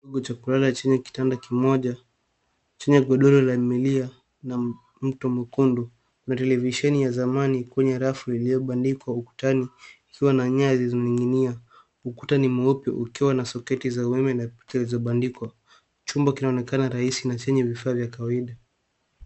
chumba cha kulala chini kitanda moja chenye godoro la milia na mto mwekundu na televisheni ya zamani kwenye rafu iliyobandikwa ukutani ikiwa na nyaya zilizoning'inia .Ukuta ni mweupe ukiwa na soketi za umeme zilizobandikwa .Chumba kinaonekana rahisi na chenye vifaa vya kawaida.